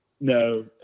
No